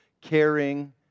caring